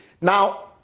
Now